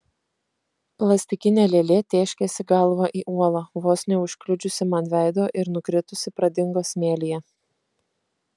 plastikinė lėlė tėškėsi galva į uolą vos neužkliudžiusi man veido ir nukritusi pradingo smėlyje